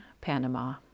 Panama